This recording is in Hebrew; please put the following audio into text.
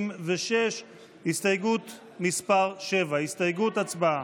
36. הסתייגות מס' 7. הצבעה.